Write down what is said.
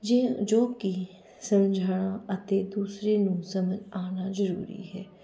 ਜੇ ਜੋ ਕਿ ਸਮਝਣਾ ਅਤੇ ਦੂਸਰੇ ਨੂੰ ਸਮਝ ਆਉਣਾ ਜ਼ਰੂਰੀ ਹੈ